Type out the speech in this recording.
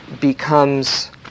becomes